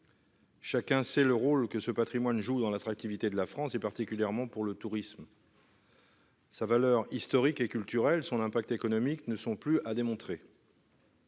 Chacun sait le rôle que ce Patrimoine joue dans l'attractivité de la France et particulièrement pour le tourisme. Sa valeur historique et culturelle. Son impact économique ne sont plus à démontrer.